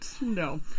No